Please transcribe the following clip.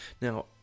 Now